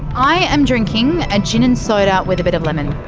i am drinking a gin and soda, with a bit of lemon.